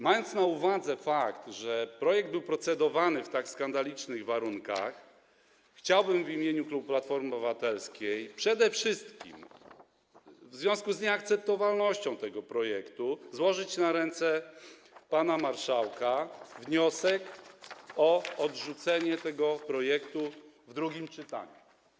Mając na uwadze fakt, że projekt był procedowany w tak skandalicznych warunkach, chciałbym w imieniu klubu Platformy Obywatelskiej, przede wszystkim w związku z nieakceptowalnością tego projektu, złożyć na ręce pana marszałka wniosek o odrzucenie tego projektu w drugim czytaniu.